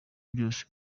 byose